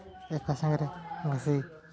ଏକା ସାଙ୍ଗରେ ବସି